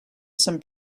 some